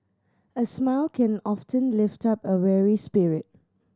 a smile can often lift up a weary spirit